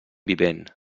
vivent